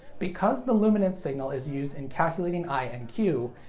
because the luminance signal is used in calculating i and q,